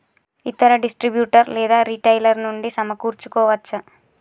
ఇతర డిస్ట్రిబ్యూటర్ లేదా రిటైలర్ నుండి సమకూర్చుకోవచ్చా?